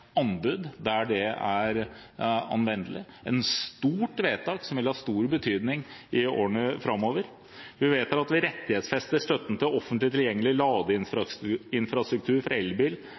anbud der det er relevant. Det er et stort vedtak, som vil ha stor betydning i årene framover. Vi vedtar at vi rettighetsfester støtten til offentlig tilgjengelig ladeinfrastruktur for elbil